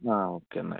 ആഹ് okay എന്നാൽ